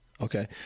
Okay